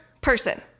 person